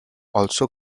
also